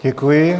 Děkuji.